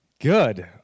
Good